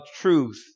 truth